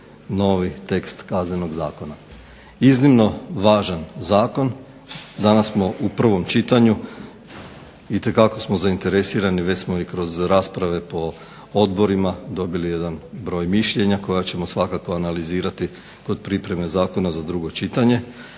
novi tekst Kaznenog zakona. Iznimno važan zakon. Danas smo u prvom čitanju, itekako smo zainteresirani. Već smo i kroz rasprave po odborima dobili jedan broj mišljenja koja ćemo svakako analizirati kod pripreme zakona za drugo čitanje.